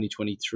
2023